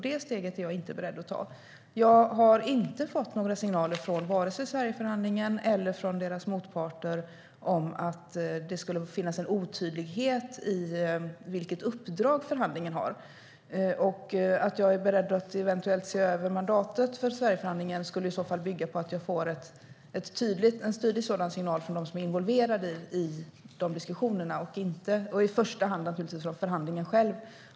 Det steget är jag inte beredd att ta. Jag har inte fått några signaler från vare sig Sverigeförhandlingen eller dess motparter om att det skulle finnas en otydlighet i vilket uppdrag förhandlingen har. Att jag är beredd att eventuellt se över mandatet för Sverigeförhandlingen bygger på att jag i så fall får en tydlig signal från dem som är involverade i diskussionerna - och naturligtvis i första hand från förhandlingen själv.